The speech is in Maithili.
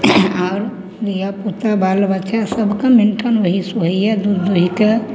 आओर धिआपुता बालबच्चा सभके मेनटेन अहीसे होइए दूध दुहिके